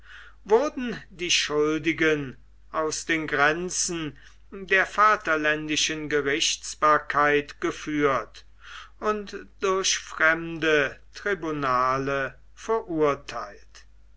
wurden die schuldigen aus den grenzen der vaterländischen gerichtsbarkeit geführt und durch fremde tribunale verurtheilt